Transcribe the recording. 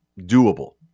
doable